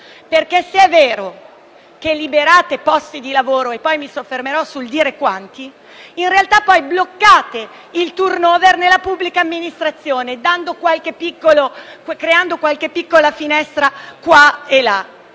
perché se è vero che liberate posti di lavoro - e poi mi soffermerò su quanti ne libererete - poi in realtà bloccate il *turnover* nella pubblica amministrazione, creando qualche piccola finestra qua e là.